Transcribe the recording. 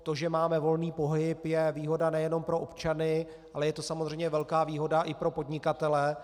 To, že máme volný pohyb, je výhoda nejenom pro občany, ale je to samozřejmě velká výhoda i pro podnikatele.